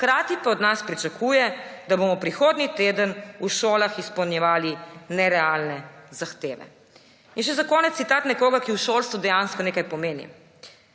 hkrati pa od nas pričakuje, da bomo prihodnji teden v šolah izpolnjevali nerealne zahteve.« Za konec še citat nekoga, ki v šolstvu dejansko nekaj pomeni: